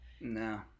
No